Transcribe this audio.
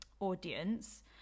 Audience